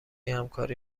همکاری